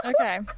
Okay